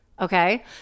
Okay